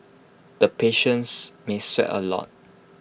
the patients may sweat A lot